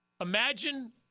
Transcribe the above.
Imagine